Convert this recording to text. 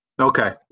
Okay